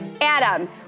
Adam